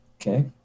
Okay